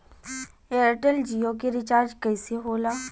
Airtel Jio के recharge कैसे होला?